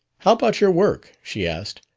how about your work? she asked.